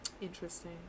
Interesting